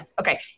Okay